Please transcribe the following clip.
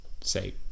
say